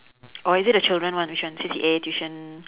or is it the children one which one C_C_A tuition